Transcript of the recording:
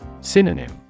Synonym